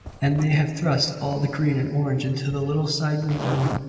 and they have thrust all the green and orange into the little side window,